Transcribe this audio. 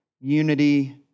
unity